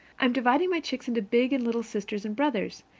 i'm dividing my chicks into big and little sisters and brothers,